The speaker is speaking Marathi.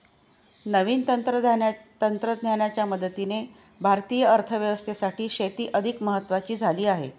नवीन तंत्रज्ञानाच्या मदतीने भारतीय अर्थव्यवस्थेसाठी शेती अधिक महत्वाची झाली आहे